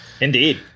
Indeed